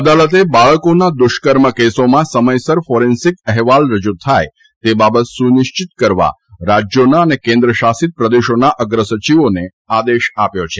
અદાલતે બાળકોના દુષ્કર્મ કેસોમાં સમયસર ફોરેન્સીક અહેવાલ રજુ થાય તે બાબત સુનિશ્ચિત કરવા રાજ્યોના અને કેન્દ્ર શાસિત પ્રદેશોના અગ્રસચિવોને આદેશ આપ્યો છે